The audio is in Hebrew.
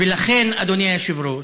ולכן, אדוני היושב-ראש,